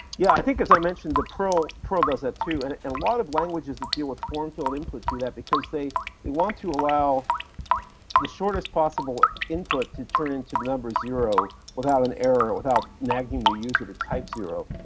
yeah, i think, as i mentioned, perl perl does that too, and and a lot of languages that deal with form field input do that, because they they want to allow the shortest possible input to turn into the number zero without an error, without nagging the user to type zero,